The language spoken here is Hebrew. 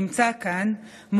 שנמצא כאן,